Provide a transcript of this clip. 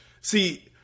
See